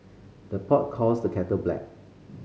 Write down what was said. the pot calls the kettle black